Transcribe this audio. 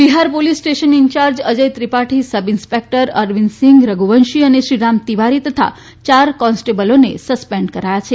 Bihar police station incharge Ajay Tripathi sub inspector Arvind Singh Raghuvanshi અને શ્રીરામ તીવારી તથા ચાર કોન્સ્ટેબલને સસ્પેન્ડ કરાયા છે